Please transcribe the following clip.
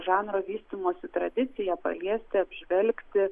žanro vystymosi tradiciją paliesti apžvelgti